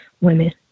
women